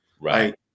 right